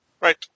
Right